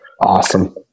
Awesome